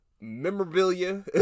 memorabilia